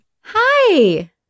Hi